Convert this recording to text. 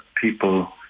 people